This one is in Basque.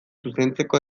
zuzentzeko